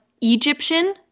egyptian